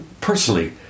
personally